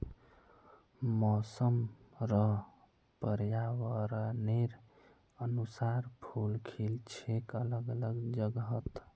मौसम र पर्यावरनेर अनुसार फूल खिल छेक अलग अलग जगहत